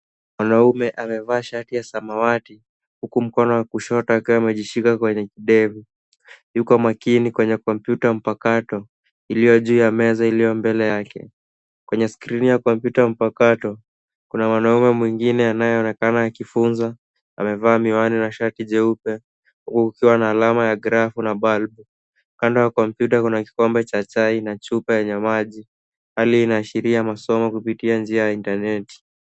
Mwanaume amevaa shati ya samawati huku mkono wa kushoto akiwa amejishika kwa kidevu. Yuko makini kwenye kompyuta mpakato iliyo juu ya meza iliyo mbele yake. Kwenye skrini ya kompyuta mpakato kuna mwanaume mwingine anayeonekana akifunza amevaa miwani na shati jeupe huku kukiwa na alama ya grafu na bulb . Kando ya kompyuta kuna kikombe cha chai na chupa yenye maji. Hali inaashiria masomo kupitia njia ya intaneti.